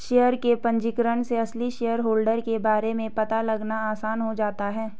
share के पंजीकरण से असली शेयरहोल्डर के बारे में पता लगाना आसान हो जाता है